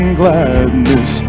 gladness